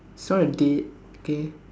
it's not a date K